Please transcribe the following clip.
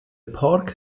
park